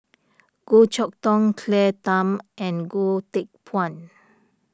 Goh Chok Tong Claire Tham and Goh Teck Phuan